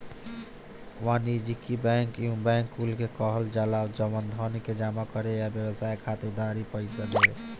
वाणिज्यिक बैंक उ बैंक कुल के कहल जाला जवन धन के जमा करे आ व्यवसाय खातिर उधारी पईसा देवे